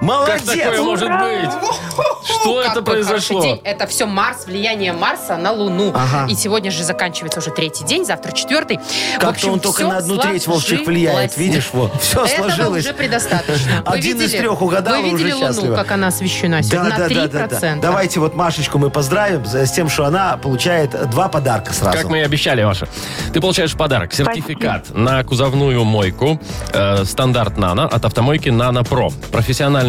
Как Молодец! такое может быть? Что Ура! это Какой хороший произошло? день. Это всё Марс, влияние Марса на Луну. Ага. И сегодня же заканчивается уже третий день, завтра четвёртый. В Как-то общем, он только всё на одну треть волчьих сложилось. влияет, видишь, вот, всё Этого сложилось. уже предостаточно. Вы Один из видели- трёх вы угадал, а уже видели Луну, счастлива. как она освещена сегодня? Да, На да, да, да, да. 3%. Давайте вот Машечку мы поздравим за- с тем, что она получает два подарка Как сразу. мы и обещали, Маша. Ты получаешь подарок. Спасибо. Сертификат на кузовную мойку, э, стандарт «Нано» от автомойки «Нано Про». Профессионально